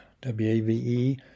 W-A-V-E